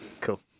Cool